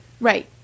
Right